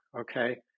okay